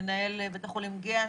מנהל בית החולים גהה,